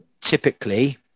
Typically